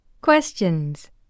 Questions